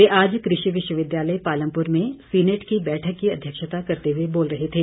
वे आज कृषि विश्वविद्यालय पालमपुर में सीनेट की बैठक की अध्यक्षता करते हुए बोल रहे थे